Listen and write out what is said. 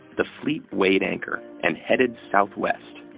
the fleet weighed anchor and headed southwest.